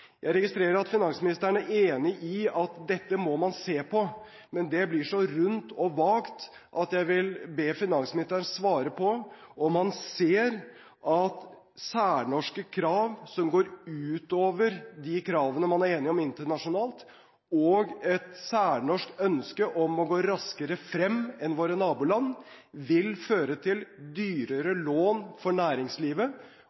Jeg registrerer at finansministeren er enig i at dette må man se på. Men det blir så rundt og vagt at jeg vil be finansministeren svare på om han ser at særnorske krav som går utover de kravene man er enig om internasjonalt, og et særnorsk ønske om å gå raskere frem enn våre naboland, vil føre til